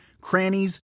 crannies